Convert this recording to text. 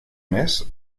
mes